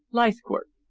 leithcourt?